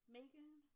Megan